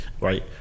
right